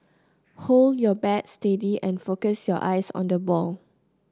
hold your bat steady and focus your eyes on the ball